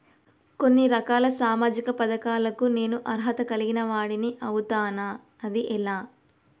కొన్ని రకాల సామాజిక పథకాలకు నేను అర్హత కలిగిన వాడిని అవుతానా? అది ఎలా?